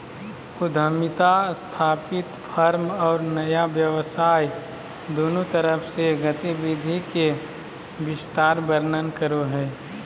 उद्यमिता स्थापित फर्म और नया व्यवसाय दुन्नु तरफ से गतिविधि के विस्तार वर्णन करो हइ